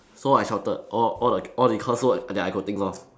so I shouted all all the all the curse word that I could think of